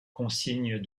consigne